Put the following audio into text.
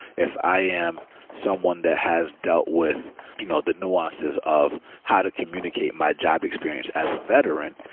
if i am someone that has dealt with you know the nuances of how to communicate my job experience as a veteran,